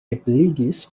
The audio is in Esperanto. ebligis